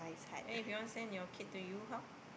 then if you want send your kid to U how